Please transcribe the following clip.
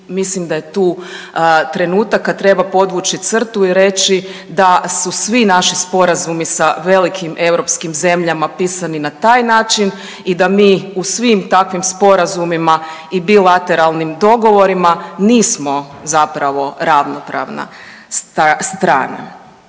mislim da je tu trenutak kad treba podvući crtu i reći da su svi naši sporazumi sa velikim europskih zemljama pisani na taj način i da mi u svim takvim sporazumima i bilateralnim dogovorima nismo zapravo ravnopravna strana.